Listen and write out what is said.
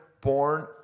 born